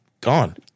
gone